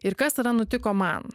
ir kas tada nutiko man